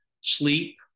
sleep